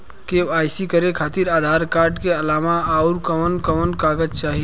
KYC करे खातिर Aadhaar card के अलावा आउरकवन कवन कागज चाहीं?